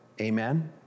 Amen